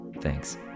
Thanks